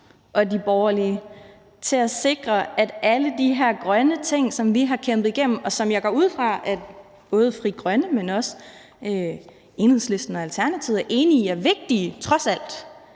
og de borgerlige til at sikre alle de her grønne ting, som vi har kæmpet igennem, og som jeg går ud fra at både Frie Grønne, men også Enhedslisten og Alternativet er enige i er vigtige trods alt.